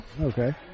Okay